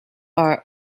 are